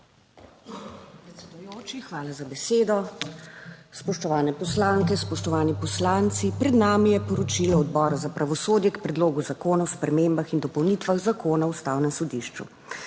hvala za besedo, spoštovane poslanke, spoštovani poslanci. Pred nami je poročilo Odbora za pravosodje k Predlogu zakona o spremembah in dopolnitvah Zakona o Ustavnem sodišču.